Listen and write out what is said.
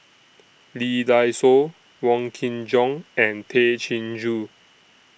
Lee Dai Soh Wong Kin Jong and Tay Chin Joo